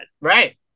right